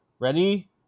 ready